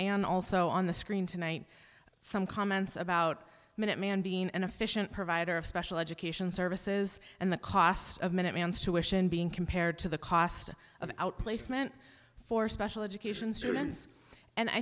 and also on the screen tonight some comments about minute man being an efficient provider of special education services and the cost of minute man's tuition being compared to the cost of outplacement for special education students and i